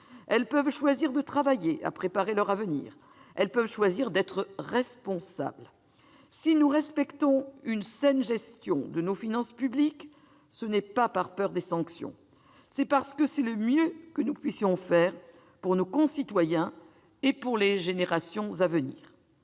Elles peuvent choisir de travailler à préparer leur avenir ; elles peuvent choisir d'être responsables. Si nous respectons une saine gestion de nos finances publiques, ce n'est pas par peur des sanctions. C'est simplement le mieux que nous pouvons faire pour nos concitoyens et pour les générations à venir.